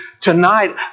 tonight